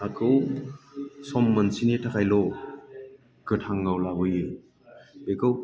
हाखौ सम मोनसेनि थाखायल' गोथाङाव लाबोयो बेखौ